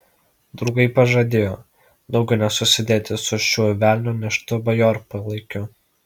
draugai pažadėjo daugiau nesusidėti su šiuo velnio neštu bajorpalaikiu